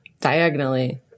diagonally